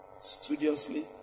studiously